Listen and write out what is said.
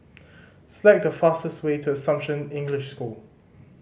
select the fastest way to Assumption English School